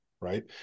right